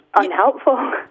unhelpful